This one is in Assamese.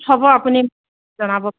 হ'ব আপুনি জনাব